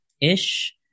Ish